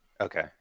Okay